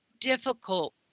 difficult